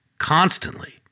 constantly